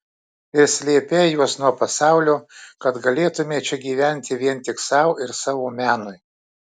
ir slėpei juos nuo pasaulio kad galėtumei čia gyventi vien tik sau ir savo menui